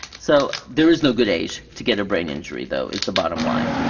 so there is no good age to get a brain injury though, is the bottom line.